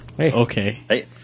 Okay